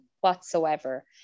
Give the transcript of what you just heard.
whatsoever